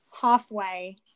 halfway